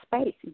space